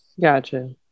Gotcha